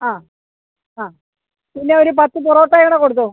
ആ ആ പിന്നെ ഒരു പത്ത് പൊറോട്ടയും കൂടെ കൊടുത്തോളൂ